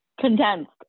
condensed